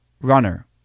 runner